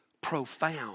profound